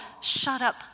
shut-up